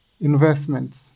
investments